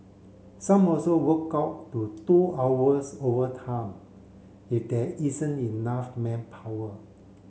some also work up to two hours overtime if there isn't enough manpower